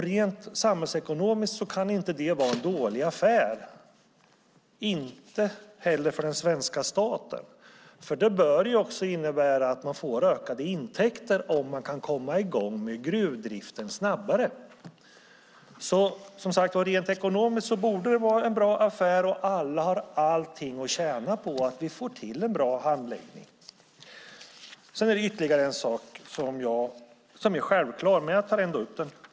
Rent samhällsekonomiskt kan det inte vara en dålig affär, inte heller för den svenska staten eftersom det bör innebära att man får ökade intäkter om man kan komma i gång med gruvdriften snabbare. Rent ekonomiskt borde det alltså vara en bra affär, och alla har allt att tjäna på att vi får till en bra handläggning. Sedan är det ytterligare en sak som är självklar, men jag tar ändå upp den.